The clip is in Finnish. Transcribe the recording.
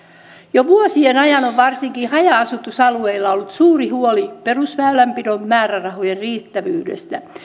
jo vuosien ajan on varsinkin haja asutusalueilla ollut suuri huoli perusväylänpidon määrärahojen riittävyydestä